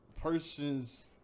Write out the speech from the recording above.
person's